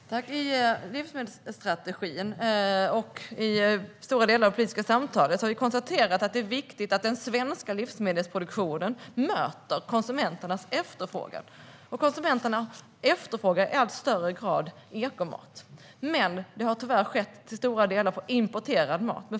Herr talman! I livsmedelsstrategin och stora delar av det politiska samtalet har vi konstaterat att det är viktigt att den svenska livsmedelsproduktionen möter konsumenternas efterfrågan. Konsumenterna efterfrågar i allt större utsträckning ekomat, men detta gäller tyvärr i stora delar importerad mat.